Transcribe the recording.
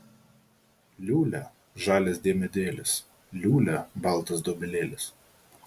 liūlia žalias diemedėlis liūlia baltas dobilėlis